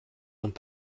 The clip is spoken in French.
n’ont